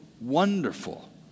wonderful